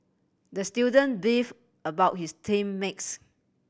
the student beef about his team makes